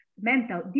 mental